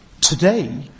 Today